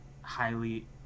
highly